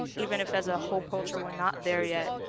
even if as a whole culture we're not there yet